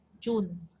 June